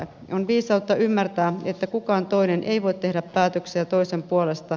on viisautta ymmärtää että kukaan toinen ei voi tehdä päätöksiä toisen puolesta